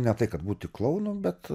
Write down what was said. ne tai kad būti klounu bet